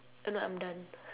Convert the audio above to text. oh no I'm done